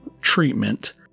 treatment